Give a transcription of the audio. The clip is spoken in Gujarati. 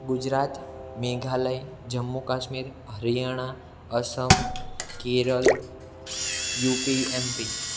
Gujarat Meghalaya Jammu Kashmir Haryana Assam Kerala UP MP